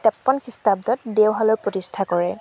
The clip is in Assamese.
তেপ্পন খৃষ্টাব্দত দেওশালৰ প্ৰতিষ্ঠা কৰে